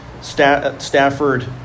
stafford